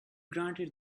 granted